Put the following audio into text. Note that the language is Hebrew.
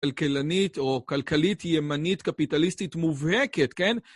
כלכלנית, או כלכלית ימנית קפיטליסטית מובהקת, כן?